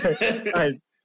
guys